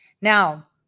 Now